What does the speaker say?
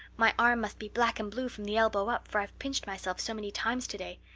my arm must be black and blue from the elbow up, for i've pinched myself so many times today.